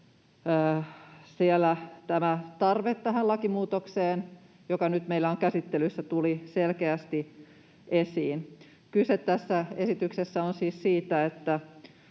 tämä tarve tähän lakimuutokseen, joka nyt meillä on käsittelyssä, tuli selkeästi esiin. Kyse tässä esityksessä on siis siitä, että